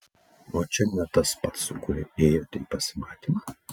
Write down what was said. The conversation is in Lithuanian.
o čia ne tas pats su kuriuo ėjote į pasimatymą